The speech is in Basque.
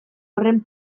horren